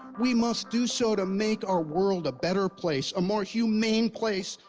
we must do so to make our world a better place. a more humane place.